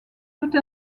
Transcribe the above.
toute